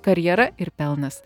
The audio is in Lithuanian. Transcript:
karjera ir pelnas